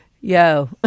yo